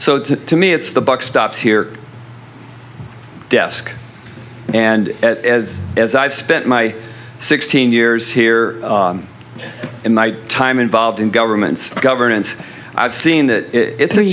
so to me it's the buck stops here desk and as i've spent my sixteen years here in my time involved in governments governance i've seen that it's a